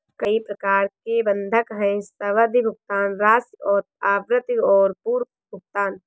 कई प्रकार के बंधक हैं, सावधि, भुगतान राशि और आवृत्ति और पूर्व भुगतान